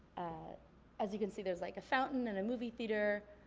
as you can see there's like a fountain and a movie theater.